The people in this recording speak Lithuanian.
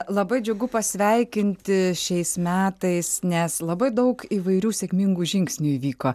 labai džiugu pasveikinti šiais metais nes labai daug įvairių sėkmingų žingsnių įvyko